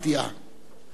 היא המשך טבעי